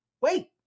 wait